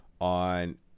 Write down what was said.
on